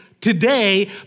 today